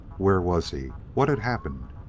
where was he? what had happened?